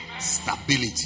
Stability